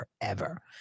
forever